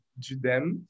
Dudem